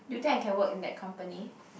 do you think I can work in that company